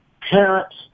Parents